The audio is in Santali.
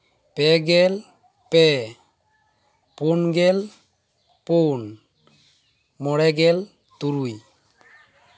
ᱯᱮ ᱜᱮᱞ ᱯᱮ ᱯᱩᱱ ᱜᱮᱞ ᱯᱩᱱ ᱢᱚᱬᱮ ᱜᱮᱞ ᱛᱩᱨᱩᱭ